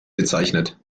bezeichnet